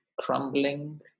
crumbling